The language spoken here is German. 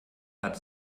hat